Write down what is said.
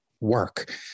work